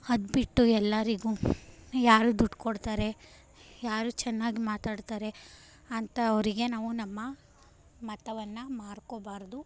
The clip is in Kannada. ಅದ್ಬಿಟ್ಟು ಎಲ್ಲರಿಗೂ ಯಾರು ದುಡ್ಡು ಕೊಡ್ತಾರೆ ಯಾರು ಚೆನ್ನಾಗಿ ಮಾತಾಡ್ತಾರೆ ಅಂಥವ್ರಿಗೆ ನಾವು ನಮ್ಮ ಮತವನ್ನು ಮಾರ್ಕೊಳ್ಬಾರ್ದು